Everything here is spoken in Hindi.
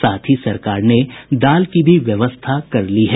साथ ही सरकार ने दाल की भी व्यवस्था कर ली है